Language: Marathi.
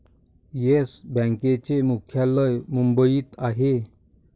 येस बँकेचे मुख्यालय मुंबईत आहे